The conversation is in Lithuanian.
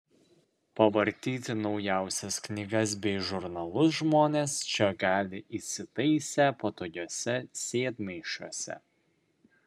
pavartyti naujausias knygas bei žurnalus žmonės čia gali įsitaisę patogiuose sėdmaišiuose